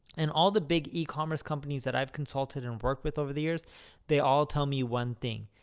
and all the big ecommerce companies that i've consulted and worked with over the years they all tell me one thing,